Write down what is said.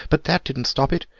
but that didn't stop it.